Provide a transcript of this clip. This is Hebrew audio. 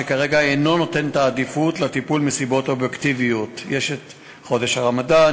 שכרגע אינו נותן את העדיפות לטיפול מסיבות אובייקטיביות: יש חודש רמדאן,